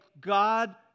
God